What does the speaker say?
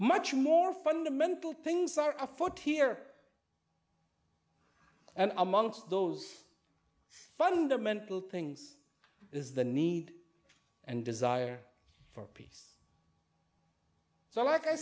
much more fundamental things are afoot here and among those fundamental things is the need and desire for peace so like i